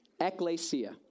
Ecclesia